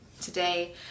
today